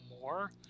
more